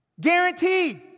Guaranteed